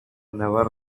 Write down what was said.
never